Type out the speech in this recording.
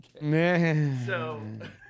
Man